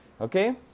Okay